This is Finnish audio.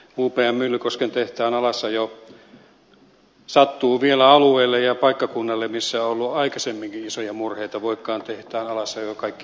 upm myllykosken tehtaan alasajo sattuu vielä alueelle ja paikkakunnalle missä on ollut aikaisemminkin isoja murheita voikkaan tehtaan alasajon kaikki muistamme